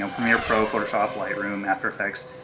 um premiere, pro, photoshop, lightroom, after effects.